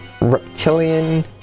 reptilian